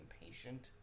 impatient